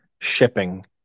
shipping